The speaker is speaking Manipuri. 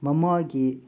ꯃꯃꯥꯒꯤ